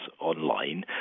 online